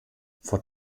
vor